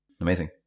Amazing